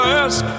ask